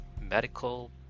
medical